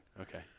Okay